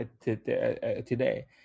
today